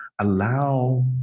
allow